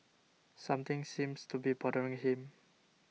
something seems to be bothering him